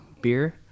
beer